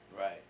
Right